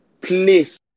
place